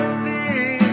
see